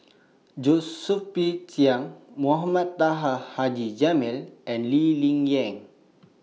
Josephine Chia Mohamed Taha Haji Jamil and Lee Ling Yen